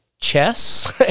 chess